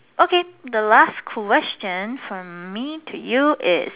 okay the last question from me to you is